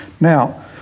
Now